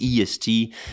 EST